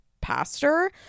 pastor